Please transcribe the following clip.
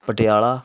Patiala